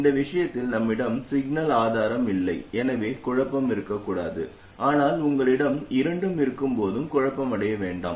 இந்த விஷயத்தில் நம்மிடம் சிக்னல் ஆதாரம் இல்லை எனவே குழப்பம் இருக்கக்கூடாது ஆனால் உங்களிடம் இரண்டும் இருக்கும்போதும் குழப்பமடைய வேண்டாம்